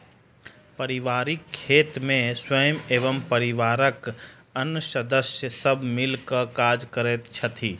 पारिवारिक खेत मे स्वयं एवं परिवारक आन सदस्य सब मिल क काज करैत छथि